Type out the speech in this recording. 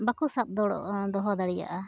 ᱵᱟᱠᱚ ᱥᱟᱵ ᱫᱚᱦᱚ ᱫᱟᱲᱮᱭᱟᱜᱼᱟ